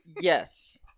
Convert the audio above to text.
Yes